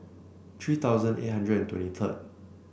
three thousand eight hundred and twenty third